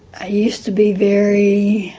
i used to be very